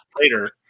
later